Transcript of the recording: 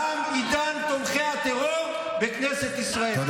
תם עידן תומכי הטרור בכנסת ישראל.